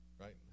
Right